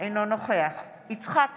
אינו נוכח יצחק כהן,